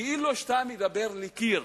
כאילו שאתה מדבר לקיר.